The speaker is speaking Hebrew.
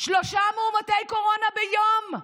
שלושה מאומתי קורונה ביום.